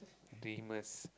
dreamers